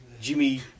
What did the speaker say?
Jimmy